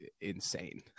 insane